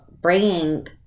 bringing